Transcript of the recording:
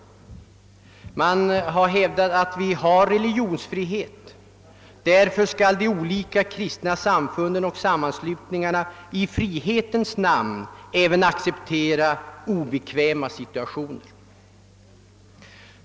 Man har hävdat att vi har religionsfrihet och därför skall de olika kristna samfunden och sammanslutningarna i frihetens namn acceptera även obekväma situationer.